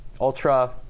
Ultra